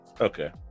Okay